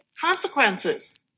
consequences